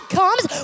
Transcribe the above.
comes